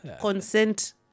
Consent